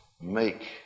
make